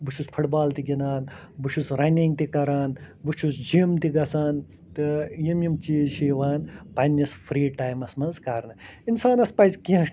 بہٕ چھُس football تہِ گِندان بہٕ چھُس رَنِنٛگ تہِ کران بہٕ چھُ جِم تہِ گژھان تہٕ یِم یِم چیٖز چھِ یِوان پنٛنِس فری ٹایمَس منٛز کرنہٕ اِنسانَس پَزِ کیٚنہہ